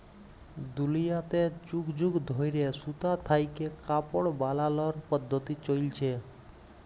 দুলিয়াতে যুগ যুগ ধইরে সুতা থ্যাইকে কাপড় বালালর পদ্ধতি চইলছে